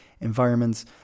environments